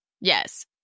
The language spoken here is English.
Yes